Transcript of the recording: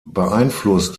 beeinflusst